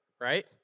right